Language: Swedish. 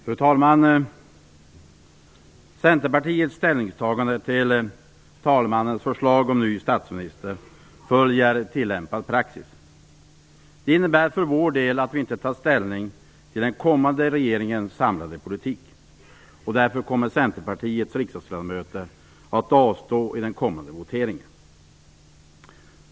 Fru talman! Centerpartiets ställningstagande till talmannens förslag om ny statsminister följer tillämpad praxis. Det innebär för vår del att vi inte tar ställning till den kommande regeringens samlade politik. Därför kommer Centerpartiets riksdagsledamöter att avstå i den kommande voteringen.